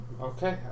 Okay